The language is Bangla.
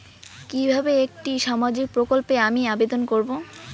কিভাবে একটি সামাজিক প্রকল্পে আমি আবেদন করব?